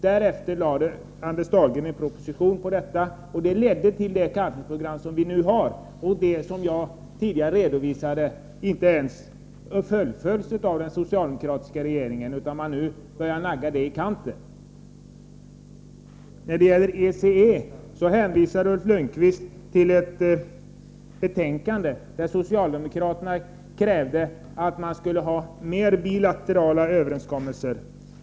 Därefter framlade jordbruksminister Anders Dahlgren en proposition, och den ledde till det kalkningsprogram som vi nu har men som, vilket jag tidigare redovisade, inte ens fullföljs av den socialdemokratiska regeringen. Man börjar nagga det i kanten. Beträffande ECE hänvisade Ulf Lönnqvist till ett betänkande i vilket den socialdemokratiska regeringen krävde fler bilaterala överenskommelser.